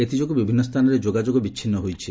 ଏଥିଯୋଗୁଁ ବିଭିନ୍ନ ସ୍ଥାନରେ ଯୋଗାଯୋଗ ବିଚ୍ଚିନ୍ନ ହୋଇଛି